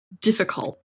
difficult